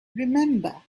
remember